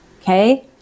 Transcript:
okay